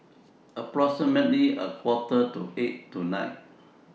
approximately A Quarter to eight tonight